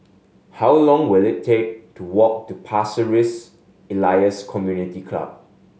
how long will it take to walk to Pasir Ris Elias Community Club